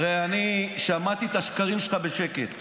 הרי שמעתי את השקרים שלך בשקט.